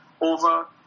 over